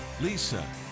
lisa